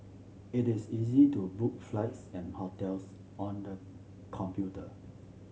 it is easy to book flights and hotels on the computer